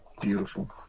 Beautiful